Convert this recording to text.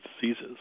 diseases